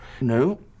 No